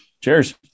Cheers